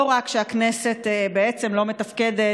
לא רק שהכנסת בעצם לא מתפקדת,